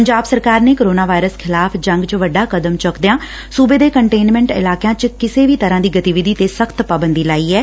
ਪੰਜਾਬ ਸਰਕਾਰ ਨੇ corona virus ਖਿਲਾਫ਼ ਜੰਗ ਚ ਵੱਡਾ ਕਦਮ ਚੁੱਕਦਿਆਂ ਸੁਬੇ ਦੇ ਕੰਟੇਨਮੈਂਟ ਇਲਾਕਿਆਂ ਚ ਕਿਸੇ ਵੀ ਤਰ੍ਪਾਂ ਦੀ ਗਤੀਵਿਧੀ ਤੇ ਸਖ਼ਤ ਪਾਬੰਦੀ ਲਾਈ ਐ